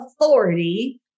authority